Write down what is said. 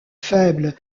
faible